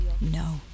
no